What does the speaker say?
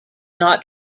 not